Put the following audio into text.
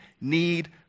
need